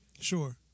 Sure